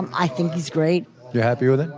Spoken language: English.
i think he's great you happy with him?